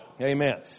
Amen